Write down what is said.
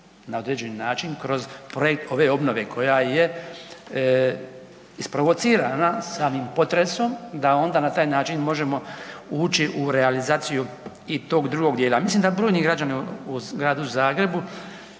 na određeni način kroz projekt ove obnove koja je isprovocirana samim potresom da onda na taj način možemo ući u realizaciju i tog drugog dijela. Mislim da brojni građani u Gradu Zagrebu